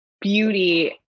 beauty